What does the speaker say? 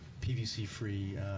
PVC-free